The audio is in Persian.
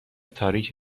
تاریک